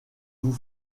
vous